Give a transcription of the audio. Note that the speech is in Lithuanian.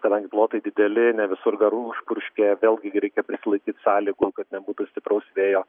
kadangi plotai dideli ne visur garų užpurškė vėlgi reikia prisilaikyt sąlygų kad nebūtų stipraus vėjo